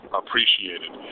appreciated